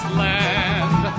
land